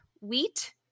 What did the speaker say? wheat –